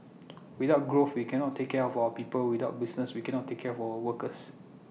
without growth we cannot take care of our people without business we cannot take care of our workers